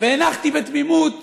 והנחתי בתמימות